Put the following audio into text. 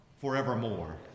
forevermore